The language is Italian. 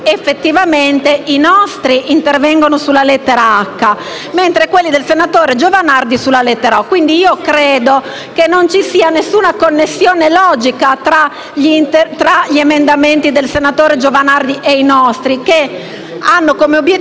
effettivamente i nostri intervengono sulla lettera *h)*, mentre quelli del senatore Giovanardi sulla lettera *o).* Credo non ci sia nessuna connessione logica tra gli emendamenti del senatore Giovanardi e i nostri, che hanno come obiettivo